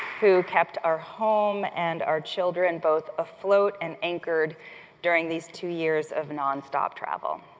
who kept our home and our children both afloat and anchored during these two years of nonstop travel.